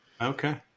Okay